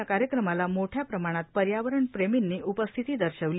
या कार्यक्रमाला मोठ्या प्रमाणात पर्यावरण प्रेमिंनी उपस्थिती दर्शविली